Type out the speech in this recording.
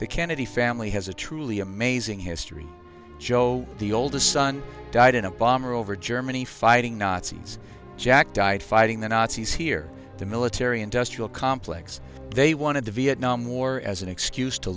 the kennedy family has a truly amazing history joe the oldest son died in a bomber over germany fighting nazis jack died fighting the nazis here the military industrial complex they wanted the vietnam war as an excuse to